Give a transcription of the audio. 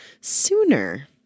sooner